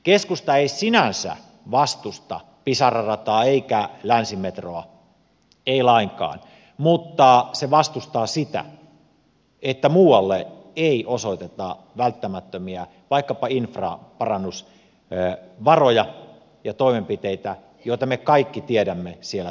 keskusta ei sinänsä vastusta pisara rataa eikä länsimetroa ei lainkaan mutta se vastustaa sitä että muualle ei osoiteta välttämättömiä vaikkapa infraparannusvaroja ja toimenpiteitä joita me kaikki tiedämme siellä tarvittavan